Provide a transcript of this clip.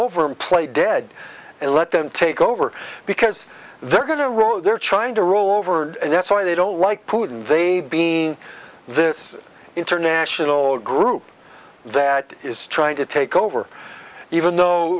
over and play dead and let them take over because they're going to roll they're trying to roll over and that's why they don't like putin they being this international group that is trying to take over even though